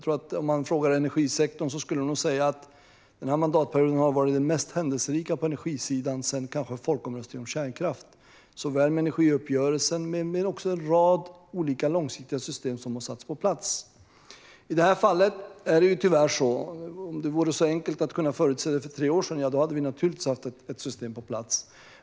Om man frågar energisektorn skulle de nog säga att denna mandatperiod kanske har varit den mest händelserika på energisidan sedan folkomröstningen om kärnkraft med tanke på energiuppgörelsen men också en rad olika långsiktiga system som har satts på plats. I detta fall är det tyvärr så att om det hade varit så enkelt som att kunna förutse detta för tre år sedan hade vi naturligtvis satt ett system på plats.